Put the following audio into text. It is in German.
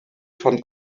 fand